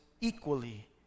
equally